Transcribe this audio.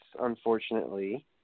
unfortunately